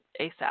ASAP